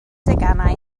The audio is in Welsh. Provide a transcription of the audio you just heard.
deganau